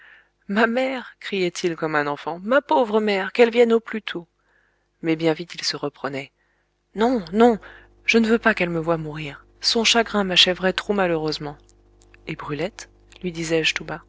ma mère criait-il comme un enfant ma pauvre mère qu'elle vienne au plus tôt mais bien vite il se reprenait non non je ne veux pas qu'elle me voie mourir son chagrin m'achèverait trop malheureusement et brulette lui